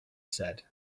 said